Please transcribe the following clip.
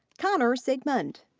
conner sigmond.